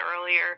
earlier